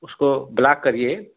उसको ब्लाक करिये